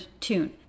tune